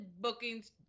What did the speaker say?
bookings